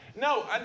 No